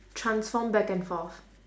transform back and forth